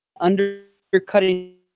undercutting